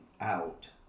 out